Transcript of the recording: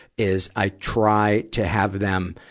is i try to have them,